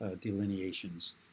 delineations